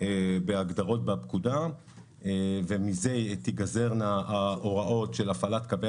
בהגדרות בפקודה ומזה תיגזרנה ההוראות של הפעלת קווי